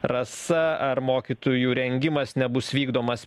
rasa ar mokytojų rengimas nebus vykdomas